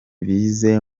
bize